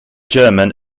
german